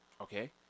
Okay